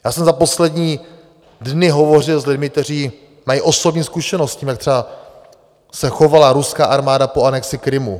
Já jsem za poslední dny hovořil s lidmi, kteří mají osobní zkušenost s tím, jak třeba se chovala ruská armáda po anexi Krymu.